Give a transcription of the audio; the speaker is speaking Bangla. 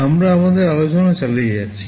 আমরা আমাদের আলোচনা চালিয়ে যাচ্ছি